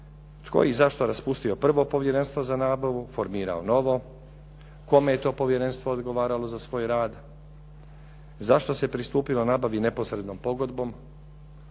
tko i zašto je raspustio prvo povjerenstvo za nabavu, formirao novo. Kome je to povjerenstvo odgovaralo za svoj rad? Zašto se pristupilo nabavi neposrednom pogodbom,